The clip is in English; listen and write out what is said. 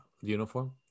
uniform